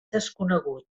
desconegut